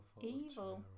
evil